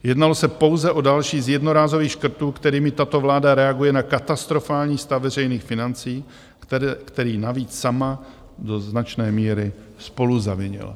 Jednalo se pouze o další z jednorázových škrtů, kterými tato vláda reaguje na katastrofální stav veřejných financí, který navíc sama do značné míry spoluzavinila.